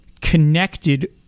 connected